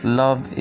love